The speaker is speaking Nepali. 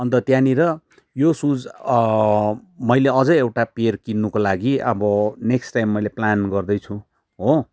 अन्त त्यहाँनिर यो सुज मैले अझै एउटा पेर किन्नुको लागि अब नेक्स्ट टाइम मैले प्लान गर्दैछु हो